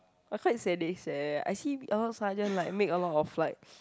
but quite sadist eh I see a lot of sergeant like make a lot of like